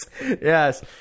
Yes